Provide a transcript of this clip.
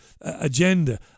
agenda